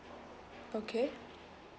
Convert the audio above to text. okay